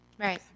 Right